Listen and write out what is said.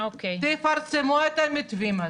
תפרסמו את המתווים האלה,